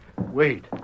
Wait